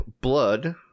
blood